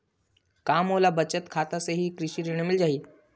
का मोला बचत खाता से ही कृषि ऋण मिल जाहि?